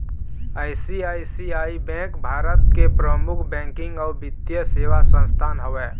ICICI bank भारत के परमुख बैकिंग अउ बित्तीय सेवा संस्थान हवय